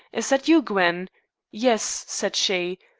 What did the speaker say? is that you, gwen yes, said she.